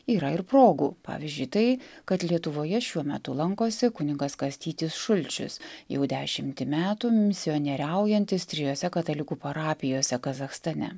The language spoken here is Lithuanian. yra ir progų pavyzdžiui tai kad lietuvoje šiuo metu lankosi kunigas kastytis šulčius jau dešimtį metų misionieriaujantis trijose katalikų parapijose kazachstane